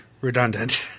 redundant